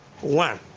one